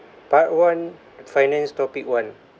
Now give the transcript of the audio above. part one finance topic one